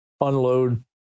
unload